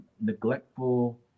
neglectful